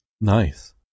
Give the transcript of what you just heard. Nice